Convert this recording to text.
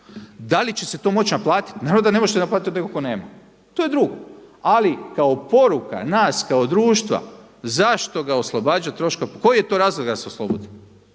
Da li će se to moći naplatiti? Naravno da ne možete naplatiti od nekoga tko nema, to je drugo. Ali kao poruka nas kao društva zašto ga oslobađati troška. Pa koji je to razlog da se oslobodi?